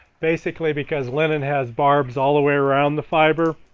basically because linen has barbs all the way around the fiber.